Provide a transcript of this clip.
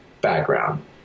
background